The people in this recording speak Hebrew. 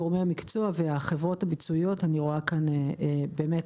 גורמי המקצוע והחברות הביצועיות אני רואה כאן באמת